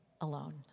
alone